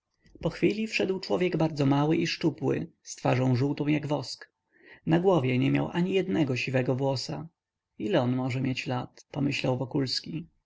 prosić pochwili wszedł człowiek bardzo mały i szczupły z twarzą żółtą jak wosk na głowie nie miał ani jednego siwego włosa ile on może mieć lat pomyślał wokulski